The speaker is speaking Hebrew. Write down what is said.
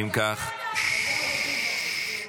אם כך, ששש.